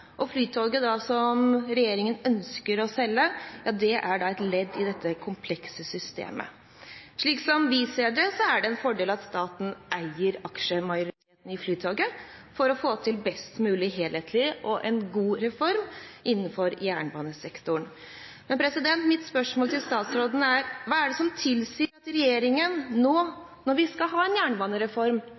som regjeringen ønsker å selge, er et ledd i dette komplekse systemet. Slik som vi ser det, er det en fordel at staten eier aksjemajoriteten i Flytoget for å få til en mest mulig helhetlig og god reform innenfor jernbanesektoren. Mitt spørsmål til statsråden er: Hva er det som tilsier at regjeringen nettopp nå, når vi skal ha en jernbanereform,